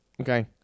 okay